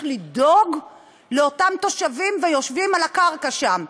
לדאוג לאותם תושבים ויושבים על הקרקע שם.